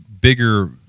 bigger